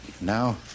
Now